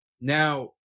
Now